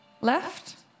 left